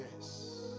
yes